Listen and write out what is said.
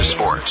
Sports